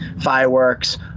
fireworks